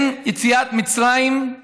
כן, יציאת מצרים,